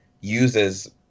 uses